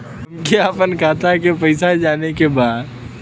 हमके आपन खाता के पैसा जाने के बा